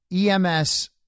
EMS